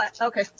Okay